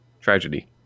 tragedy